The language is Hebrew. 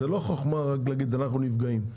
זאת לא חכמה רק להגיד אנחנו נפגעים.